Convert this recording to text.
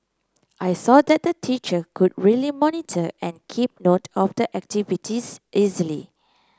I saw that the teacher could really monitor and keep note of the activities easily